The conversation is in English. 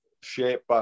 shape